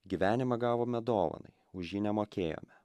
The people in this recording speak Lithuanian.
gyvenimą gavome dovanai už jį nemokėjome